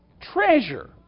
Treasure